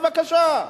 בבקשה.